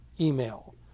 email